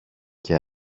και